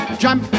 jump